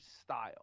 style